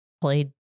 played